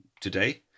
today